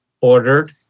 ordered